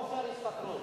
כושר השתכרות.